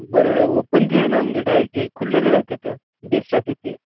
बरं ओपन जे आहे ना म्हणजे डायरेक् जे खुललेले राहते तर बेस्ट राहते ते